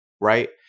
right